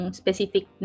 specific